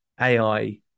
AI